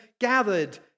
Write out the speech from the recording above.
gathered